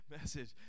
message